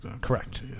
correct